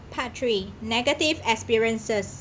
part three negative experiences